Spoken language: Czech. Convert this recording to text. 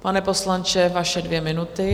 Pane poslanče, vaše dvě minuty.